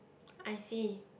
I see